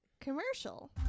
Commercial